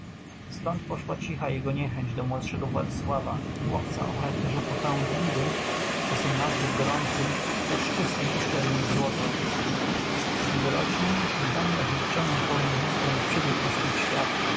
stąd poszła cicha jego niechęć do młodszego władysława chłopca o charakterze popędliwym czasem nazbyt gorącym lecz czystym i szczerym jak złoto gdy dorośli gnani odziedziczoną po mnie chętką do przygód poszli w świat